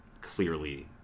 clearly